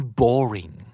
boring